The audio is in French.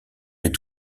est